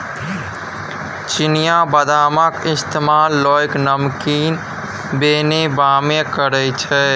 चिनियाबदामक इस्तेमाल लोक नमकीन बनेबामे करैत छै